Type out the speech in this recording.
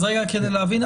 אז כדי להבין,